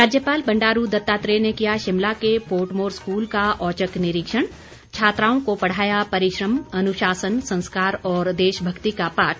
राज्यपाल बंडारू दत्तात्रेय ने किया शिमला के पोर्टमोर स्कूल का औचक निरीक्षण छात्राओं को पढ़ाया परिश्रम अनुशासन संस्कार और देशभक्ति का पाठ